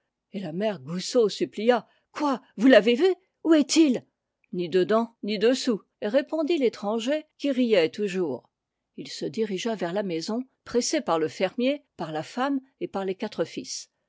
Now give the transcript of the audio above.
et la mère goussot supplia quoi vous l'avez vu où est-il ni dedans ni dessous répondit l'étranger qui riait toujours il se dirigea vers la maison pressé par le fermier par la femme et par les quatre fils